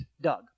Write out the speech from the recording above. Doug